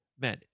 man